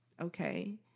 okay